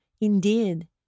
indeed